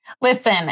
Listen